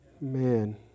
Man